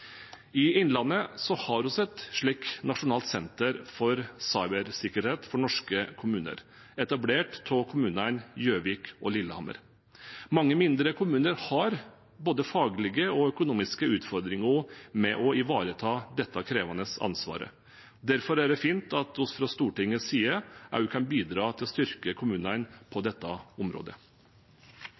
I Innlandet har vi et slikt nasjonalt senter for cybersikkerhet for norske kommuner, etablert av kommunene Gjøvik og Lillehammer. Mange mindre kommuner har både faglige og økonomiske utfordringer med å ivareta dette krevende ansvaret. Derfor er det fint at vi fra Stortingets side også kan bidra til å styrke kommunene på dette området.